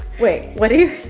wait, what are you?